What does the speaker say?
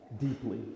deeply